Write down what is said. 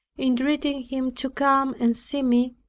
entreating him to come and see me,